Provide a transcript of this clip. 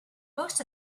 most